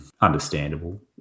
understandable